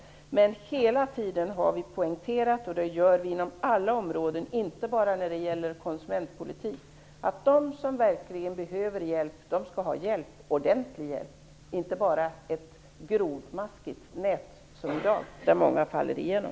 Vi har hela tiden poängterat - och det gör vi inom alla områden, inte bara när det gäller konsumentpolitik - att de som verkligen behöver hjälp skall ha ordentlig hjälp, inte bara som i dag ett grovmaskigt nät där många faller igenom.